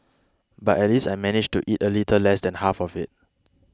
but at least I managed to eat a little less than half of it